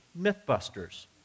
Mythbusters